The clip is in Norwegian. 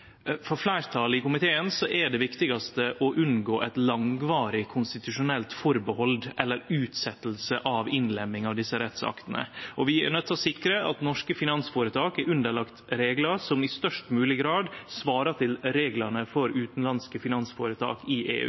For fleirtalet i komiteen er det viktigaste å unngå eit langvarig konstitusjonelt atterhald eller utsetjing av innlemminga av desse rettsaktene, og vi må sikre at norske finansføretak er underlagde reglar som i størst mogleg grad svarar til reglane for utanlandske finansføretak i EU.